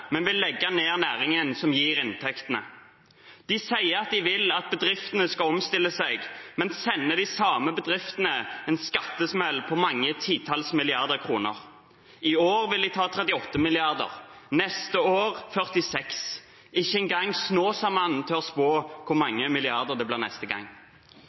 men vil legge ned næringen som gir inntektene. De sier at de vil at bedriftene skal omstille seg, men sender de samme bedriftene en skatesmell på mange titalls milliarder kroner. I år vil de ta 38 mrd. kr, neste år 46 mrd. kr. Ikke en gang Snåsa-mannen tør spå hvor mange milliarder det blir neste gang.